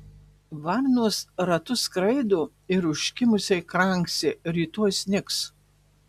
varnos ratu skraido ir užkimusiai kranksi rytoj snigs